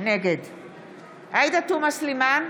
נגד עאידה תומא סלימאן,